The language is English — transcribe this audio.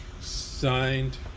signed